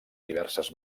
diverses